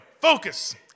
Focus